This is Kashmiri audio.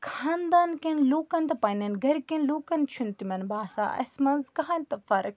خانٛدان کیٚن لوٗکَن تہٕ پننیٚن گھرکیٚن لوٗکَن چھُنہٕ تِمَن باسان اسہِ منٛز کٕہٲنۍ تہٕ فرق